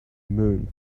moon